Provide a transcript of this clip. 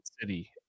city